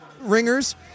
ringers